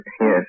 Yes